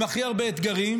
עם הכי הרבה אתגרים,